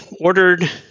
ordered